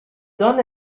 done